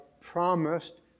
promised